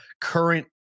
current –